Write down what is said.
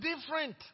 different